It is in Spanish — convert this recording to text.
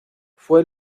fue